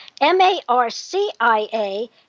M-A-R-C-I-A